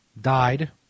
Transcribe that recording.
died